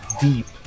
deep